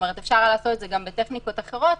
אפשר לעשות את זה גם בטכניקות אחרות.